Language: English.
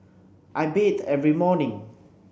I bathe every morning